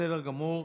בסדר גמור.